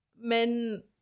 men